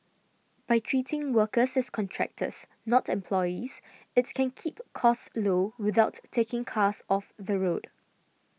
by treating workers as contractors not employees it can keep costs low without taking cars off the road